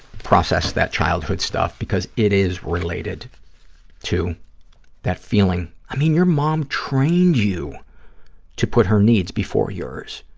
process that childhood stuff because it is related to that feeling. i mean, your mom trained you to put her needs before yours,